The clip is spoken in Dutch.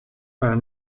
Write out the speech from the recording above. maar